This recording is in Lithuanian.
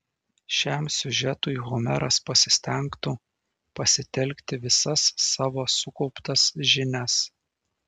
šiam siužetui homeras pasistengtų pasitelkti visas savo sukauptas žinias